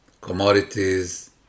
commodities